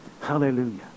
Hallelujah